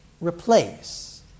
replace